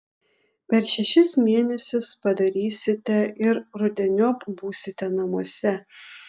per šešis mėnesius padarysite ir rudeniop būsite namuose